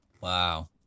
Wow